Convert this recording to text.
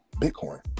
Bitcoin